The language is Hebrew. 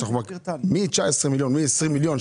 מ-20 מיליון,